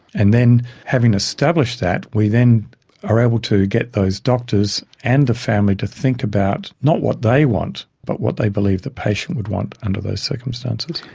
and then having established that, we then are able to get those doctors and the family to think about not what they want but what they believe the patient would want under those circumstances.